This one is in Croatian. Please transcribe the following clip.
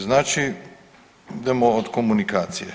Znači, idemo od komunikacije.